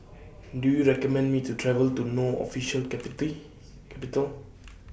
Do YOU recommend Me to travel to No Official Capital